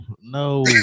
no